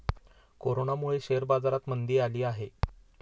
कोरोनामुळे शेअर बाजारात मंदी आली आहे